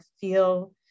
feel